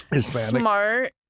smart